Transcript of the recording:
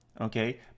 okay